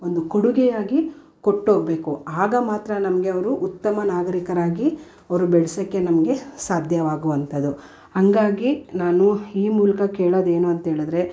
ಒಂದು ಕೊಡುಗೆಯಾಗಿ ಕೊಟ್ಟೋಗಬೇಕು ಆಗ ಮಾತ್ರ ನಮಗೆ ಅವರು ಉತ್ತಮ ನಾಗರಿಕರಾಗಿ ಅವರು ಬೆಳ್ಸೋಕೆ ನಮಗೆ ಸಾಧ್ಯವಾಗುವಂಥದು ಹಾಗಾಗಿ ನಾನು ಈ ಮೂಲಕ ಕೇಳೋದೇನು ಅಂತ್ಹೇಳಿದ್ರೆ